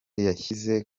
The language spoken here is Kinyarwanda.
yashyize